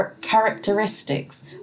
characteristics